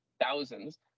thousands